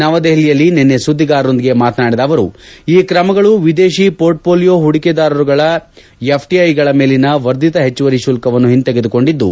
ನವದೆಹಲಿಯಲ್ಲಿ ನಿನ್ನೆ ಸುದ್ದಿಗಾರರೊಂದಿಗೆ ಮಾತನಾಡಿದ ಅವರು ಈ ಕ್ರಮಗಳು ವಿದೇಶಿ ಮೋರ್ಟ್ ಮೊಲೀಯೋ ಹೂಡಿಕೆದಾರರ ಎಫ್ಟಿಐಗಳ ಮೇಲಿನ ವರ್ಧಿತ ಹೆಚ್ಚುವರಿ ಶುಲ್ಕವನ್ನು ಹಿಂತೆಗೆದುಕೊಂಡಿದ್ದು